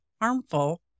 harmful